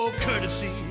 courtesy